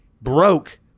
broke